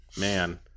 Man